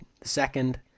second